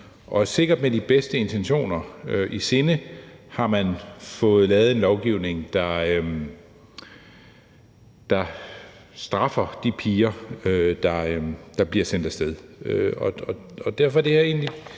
Sikkert med de bedste intentioner i sinde har man fået lavet en lovgivning, der straffer de piger, der bliver sendt af sted.